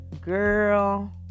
girl